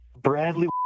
Bradley